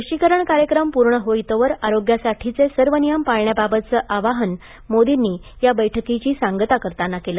लशीकरण कार्यक्रम पूर्ण होईतोवर आरोग्यासाठीचे सर्व नियम पाळण्याबाबतचं आवाहनही मोदींनी या बैठकीची सांगता करताना केलं